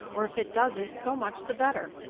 or if it doesn't so much the better.